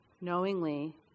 knowingly